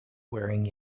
wearing